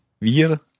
Wir